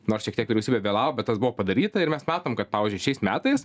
nors šiek tiek vyriausybė vėlavo bet tas buvo padaryta ir mes matom kad pauyzdžiui šiais metais